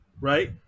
right